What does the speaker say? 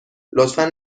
لطفا